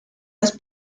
las